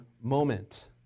moment